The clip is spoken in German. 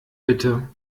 bitte